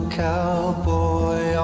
cowboy